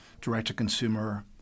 direct-to-consumer